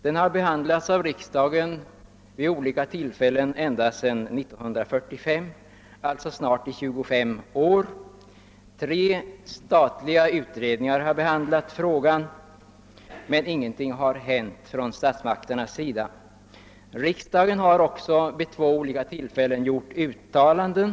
Den har behandlats av riksdagen vid olika tillfällen ända sedan 1945, alltså i snart 25 år. Tre statliga utredningar har behandlat frågan, men ingenting har hänt. Riksdagen har också vid två olika tillfällen gjort uttalanden.